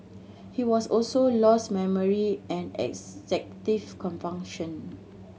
he was also lost memory and executive function